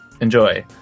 enjoy